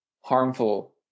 harmful